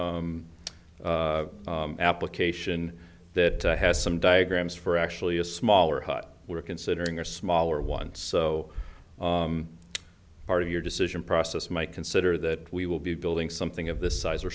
commission application that has some diagrams for actually a smaller hut we're considering are smaller ones so part of your decision process might consider that we will be building something of this size or